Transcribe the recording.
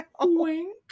Wink